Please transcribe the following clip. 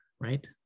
right